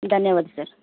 ಧನ್ಯವಾದ ಸರ್